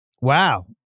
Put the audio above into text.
Wow